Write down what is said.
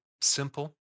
simple